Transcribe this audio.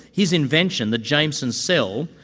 his invention, the jameson cell,